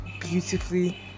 beautifully